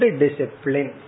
discipline